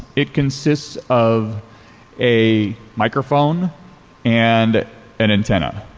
it consists of a microphone and an antenna,